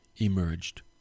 emerged